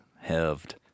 heaved